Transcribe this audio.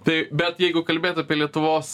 tai bet jeigu kalbėt apie lietuvos